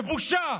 זו בושה.